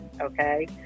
okay